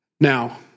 now